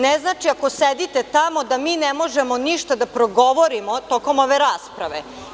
Ne znači, ako sedite tamo, da mi ne možemo ništa da progovorimo tokom ove rasprave.